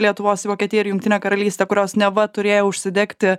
lietuvos į vokietiją ir jungtinę karalystę kurios neva turėjo užsidegti